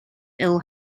ill